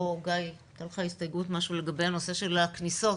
גיא, הייתה לך הסתייגות לגבי הנושא של הכניסות,